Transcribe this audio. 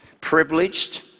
privileged